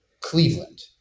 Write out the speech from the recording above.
Cleveland